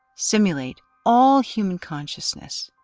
simulate all human consciousness,